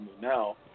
now